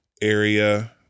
area